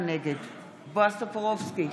נגד בועז טופורובסקי,